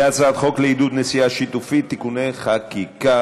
להצעת חוק לעידוד נסיעה שיתופית (תיקוני חקיקה),